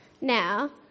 Now